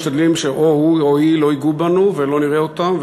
משתדלים שאו הוא או היא לא ייגעו בנו ולא נראה אותם,